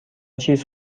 چیز